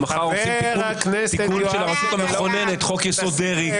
כי מחר עושים תיקון של הרשות המכוננת חוק-יסוד: דרעי,